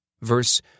Verse